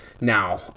now